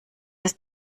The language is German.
ist